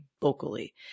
vocally